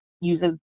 uses